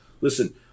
listen